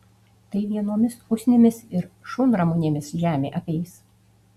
tai vienomis usnimis ir šunramunėmis žemė apeis